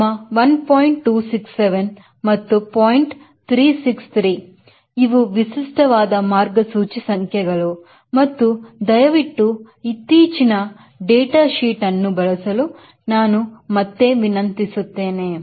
363 ಇವು ವಿಶಿಷ್ಟವಾದ ಮಾರ್ಗಸೂಚಿ ಸಂಖ್ಯೆಗಳು ಮತ್ತು ದಯವಿಟ್ಟು ಇತ್ತೀಚಿನ ಡೇಟಾ ಶೀಟ್ ಅನ್ನು ಬಳಸಲು ನಾನು ಮತ್ತೆ ವಿನಂತಿಸುತ್ತೇನೆ